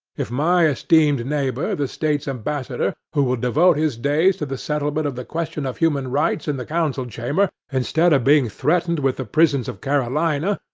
if my esteemed neighbor, the state's ambassador, who will devote his days to the settlement of the question of human rights in the council chamber, instead of being threatened with the prisons of carolina,